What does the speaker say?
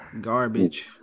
garbage